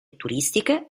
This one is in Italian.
turistiche